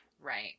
Right